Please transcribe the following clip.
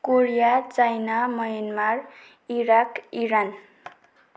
Korea China Myanmar Iraq Iran